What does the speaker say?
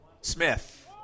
Smith